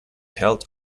held